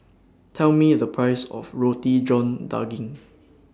Tell Me The Price of Roti John Daging